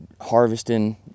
harvesting